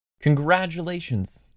Congratulations